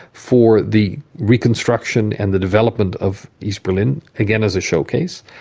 for the reconstruction and the development of east berlin, again as a showcase.